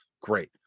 Great